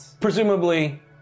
presumably